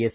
S